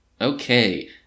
Okay